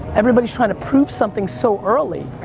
everybody is trying to prove something so early.